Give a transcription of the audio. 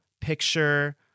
picture